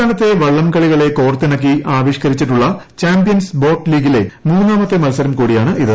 സംസ്ഥാനത്തെ വള്ളംകളികളെ കോർത്തിണക്കി ആവിഷ്കരിച്ചിട്ടുള്ള ചാമ്പ്യൻസ് ബോട്ട് ലീഗിലെ മൂന്നാമത്തെ മത്സരം കൂടിയാണിത്